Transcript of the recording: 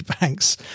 banks